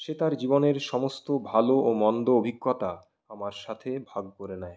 সে তার জীবনের সমস্ত ভালো ও মন্দ অভিজ্ঞতা আমার সাথে ভাগ করে নেয়